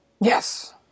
Yes